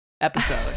episode